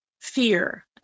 fear